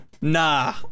Nah